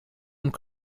und